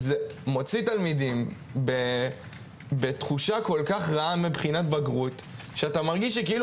זה מוציא תלמידים בתחושה כל כך רעה מבחינת בגרות שאתה מרגיש שכאילו